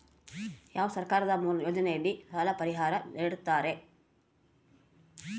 ಯಾವ ಸರ್ಕಾರದ ಯೋಜನೆಯಲ್ಲಿ ಸಾಲ ಪರಿಹಾರ ನೇಡುತ್ತಾರೆ?